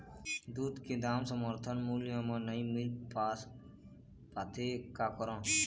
दूध के दाम समर्थन मूल्य म नई मील पास पाथे, का करों?